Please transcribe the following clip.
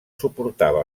suportava